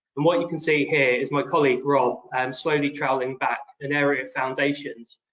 and what you can see here is my colleague rob um slowly traveling back in area foundations,